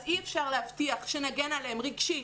אז אי אפשר להבטיח שנגן עליהם רגשית,